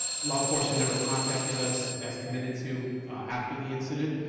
law enforcement never contacted us, as committed to after the incident.